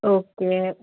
okay